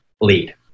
lead